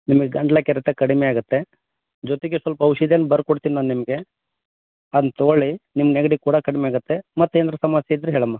ನಿಮಗೆ ಗಂಟಲ ಕೆರೆತ ಕಡಿಮೆ ಆಗುತ್ತೆ ಜೊತೆಗೆ ಸ್ವಲ್ಪ ಔಷಧಿಯನ್ನು ಬರ್ಕೊಡ್ತೀನಿ ನಾನು ನಿಮಗೆ ಅದ್ನ ತೊಗೊಳ್ಳಿ ನಿಮ್ಮ ನೆಗಡಿ ಕೂಡ ಕಡಿಮೆಯಾಗತ್ತೆ ಮತ್ತು ಏನಾರ ಸಮಸ್ಯೆ ಇದ್ರೆ ಹೇಳಮ್ಮ